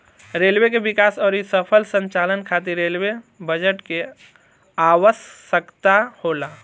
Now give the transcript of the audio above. railway के विकास अउरी सफल संचालन खातिर रेलवे बजट के आवसकता होला